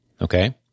okay